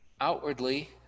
Outwardly